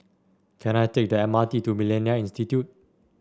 can I take the M R T to MillenniA Institute